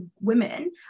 women